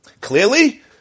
Clearly